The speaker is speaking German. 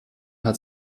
hat